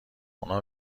اونا